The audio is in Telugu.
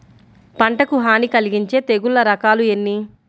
పంటకు హాని కలిగించే తెగుళ్ల రకాలు ఎన్ని?